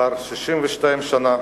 62 שנה